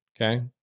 okay